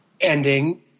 Ending